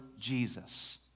Jesus